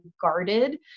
guarded